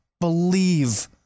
believe